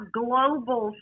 global